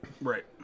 Right